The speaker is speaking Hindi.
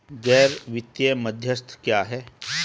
गैर वित्तीय मध्यस्थ क्या हैं?